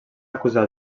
acusar